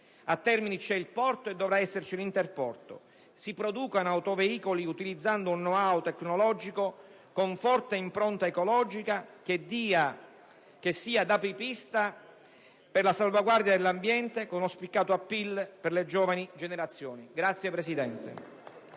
Imerese c'è il porto e dovrà esserci l'interporto. Si producano autoveicoli utilizzando un *know-how* tecnologico con forte impronta ecologica che sia da apripista per la salvaguardia dell'ambiente con uno spiccato *appeal* per le giovani generazioni. *(Applausi